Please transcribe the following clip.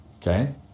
Okay